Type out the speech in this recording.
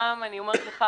אני אומרת לך,